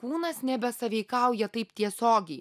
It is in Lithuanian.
kūnas nebesąveikauja taip tiesiogiai